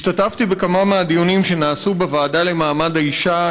השתתפתי בכמה מהדיונים שנעשו בוועדה למעמד האישה,